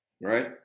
right